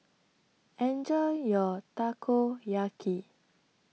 Enjoy your Takoyaki